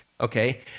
Okay